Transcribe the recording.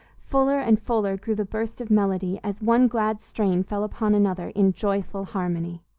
fuller and fuller grew the burst of melody as one glad strain fell upon another in joyful harmony